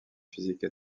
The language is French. physique